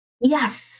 Yes